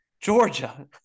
Georgia